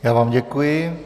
Já vám děkuji.